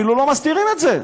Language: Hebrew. ואפילו לא מסתירים את זה.